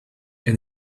and